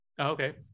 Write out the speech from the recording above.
Okay